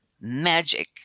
magic